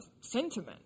sentiment